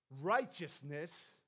Righteousness